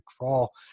crawl